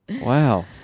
Wow